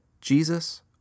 Jesus